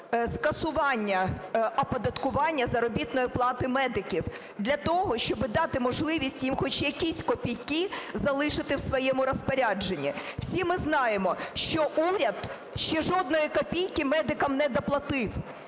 скасування оподаткування заробітної плати медиків для того, щоби дати можливість їм хоч якісь копійки залишити в своєму розпорядженні. Всі ми знаємо, що уряд ще жодної копійки медикам не доплатив,